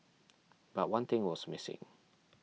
but one thing was missing